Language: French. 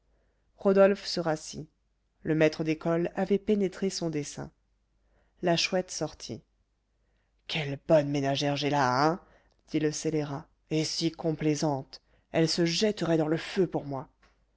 rodolphe se rassit le maître d'école avait pénétré son dessein la chouette sortit quelle bonne ménagère j'ai là hein dit le scélérat et si complaisante elle se jetterait dans le feu pour moi